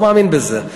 לא מאמין בזה.